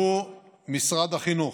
שהוא משרד החינוך.